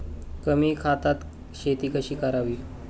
कमी खतात शेती कशी करावी?